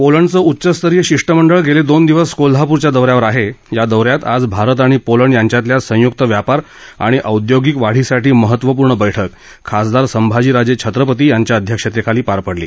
Poland चे उच्चस्तरीय शिष्टमंडळ गेले दोन दिवस कोल्हापुरात दौऱ्यावर आहे या दौऱ्यात आज भारत आणि पोलंड यांच्यातील संयुक्त व्यापार आणि औद्योगिक वाढीसाठी महत्वपूर्ण बळक खासदार संभाजीराजे छत्रपती यांच्या अध्यक्षतेखाली पार पडली